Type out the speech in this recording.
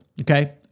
Okay